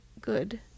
good